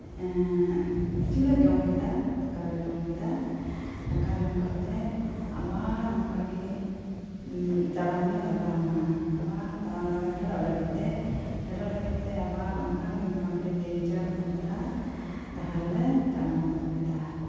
ᱠᱤᱪᱷᱩᱞᱮ ᱡᱚᱢᱠᱮᱫᱟ ᱫᱟᱠᱟᱞᱮ ᱡᱚᱢ ᱠᱮᱫᱟ ᱫᱟᱠᱟ ᱡᱚᱢ ᱠᱟᱛᱮᱜ ᱟᱵᱟᱨ ᱚᱱᱠᱟᱜᱤ ᱛᱟᱲᱟᱢᱞᱮ ᱞᱟᱜᱟᱣᱮᱱᱟ ᱟᱵᱟᱨ ᱯᱷᱮᱰᱚᱜ ᱞᱟᱹᱜᱤᱫ ᱛᱮ ᱯᱷᱮᱰᱚᱜ ᱞᱟᱹᱜᱤᱫ ᱛᱮ ᱟᱵᱟᱨ ᱚᱱᱠᱟᱜᱤ ᱢᱚᱴᱟ ᱢᱚᱴᱤ ᱛᱤᱱ ᱪᱟᱨ ᱜᱷᱚᱱᱴᱟ ᱰᱟᱦᱟᱨ ᱞᱮ ᱛᱟᱲᱟᱢ ᱟᱹᱜᱩᱠᱮᱫᱟ